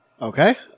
Okay